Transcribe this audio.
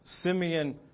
Simeon